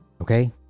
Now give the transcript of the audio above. Okay